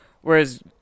Whereas